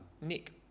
Nick